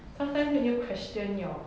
sometimes make you question your